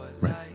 Right